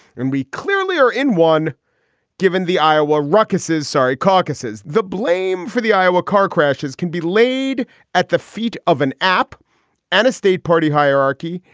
and we clearly are in one given the iowa rexes sorry caucuses. the blame for the iowa car crashes can be laid at the feet of an app and a state party hierarchy.